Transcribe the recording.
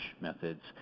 methods